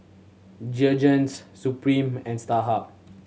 Jergens Supreme and Starhub